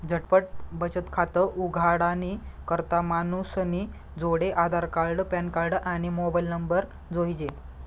झटपट बचत खातं उघाडानी करता मानूसनी जोडे आधारकार्ड, पॅनकार्ड, आणि मोबाईल नंबर जोइजे